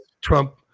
Trump